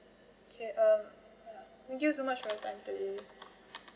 okay um thank you so much for your time today